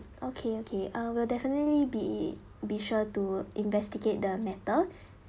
okay okay uh we'll definitely be be sure to investigate the matter